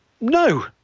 No